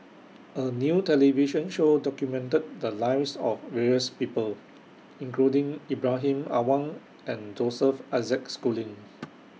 A New television Show documented The Lives of various People including Ibrahim Awang and Joseph Isaac Schooling